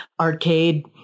arcade